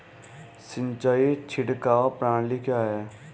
सिंचाई छिड़काव प्रणाली क्या है?